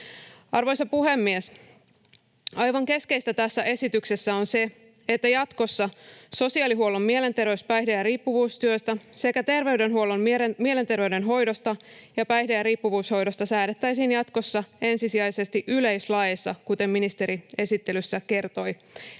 Arvoisa puhemies! Aivan keskeistä tässä esityksessä on, että jatkossa sosiaalihuollon mielenterveys-, päihde- ja riippuvuustyöstä sekä terveydenhuollon mielenterveyden hoidosta ja päihde- ja riippuvuushoidosta säädettäisiin ensisijaisesti yleislaeissa, kuten ministeri esittelyssä kertoi, eli